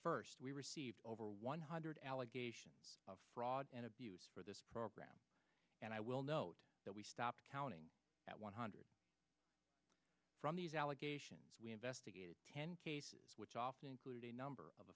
first we received over one hundred allegations of fraud and abuse for this program and i will note that we stopped counting at one hundred from these allegations we investigated ten cases which often include a number of